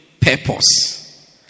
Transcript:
purpose